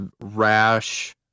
rash